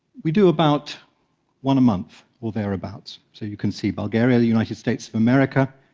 we do about one a month, or thereabouts. so you can see bulgaria, the united states of america,